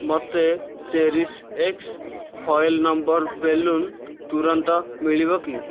ମୋତେ ଚେରିଶ୍ ଏକ୍ସ୍ ଫଏଲ୍ ନମ୍ବର୍ ବେଲୁନ୍ ତୁରନ୍ତ ମିଳିବ କି